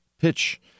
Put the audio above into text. pitch